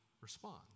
respond